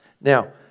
Now